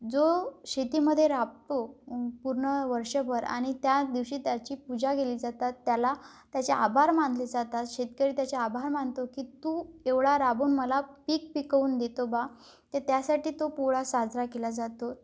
जो शेतीमध्ये राबतो पूर्ण वर्षभर आणि त्या दिवशी त्याची पूजा केली जातात त्याला त्याचे आभार मानले जातात शेतकरी त्याचे आभार मानतो की तू एवढा राबून मला पीक पिकवून देतो बा ते त्यासाठी तो पोळा साजरा केला जातो